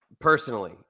personally